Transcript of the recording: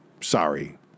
Sorry